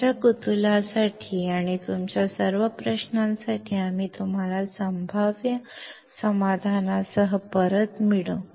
तुमच्या कुतूहलासाठी आणि तुमच्या सर्व प्रश्नांसाठी आम्ही तुम्हाला संभाव्य समाधानासह परत मिळवू